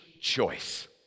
choice